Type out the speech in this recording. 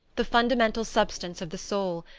the fundamental substance of the soul,